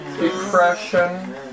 depression